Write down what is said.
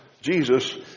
Jesus